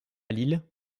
lille